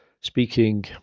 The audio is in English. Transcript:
speaking